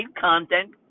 content